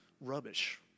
rubbish